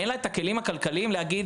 אין לה את הכלים הכלכליים להגיד